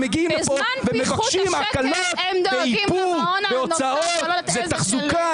מגיעים לפה ומבקשים הקלות לאיפור והוצאות ותחזוקה